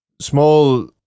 small